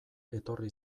etorri